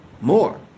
More